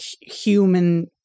human